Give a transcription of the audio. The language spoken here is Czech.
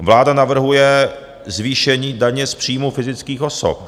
Vláda navrhuje zvýšení daně z příjmů fyzických osob.